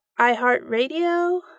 iHeartRadio